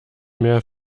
mehr